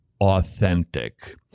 authentic